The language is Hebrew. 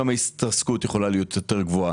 גם ההתרסקות יכולה להיות יותר גבוהה,